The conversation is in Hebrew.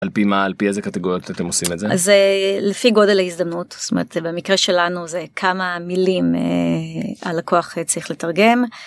על פי מה? על פי איזה קטגוריות אתם עושים את זה? אז אה לפי גודל ההזדמנות, זאת אומרת במקרה שלנו זה כמה מילים הלקוח צריך לתרגם.